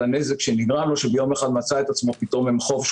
כפי שנהגו עם הכלים החד פעמיים ועם המשקאות הממותקים,